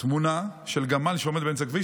תמונה של גמל שעומד באמצע כביש,